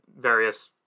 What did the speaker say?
various